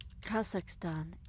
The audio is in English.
Kazakhstan